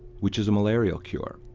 which is a malaria cure,